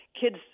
kids